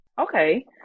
Okay